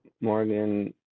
Morgan